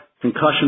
concussion